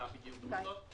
מה בדיוק הן עושות.